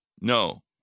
No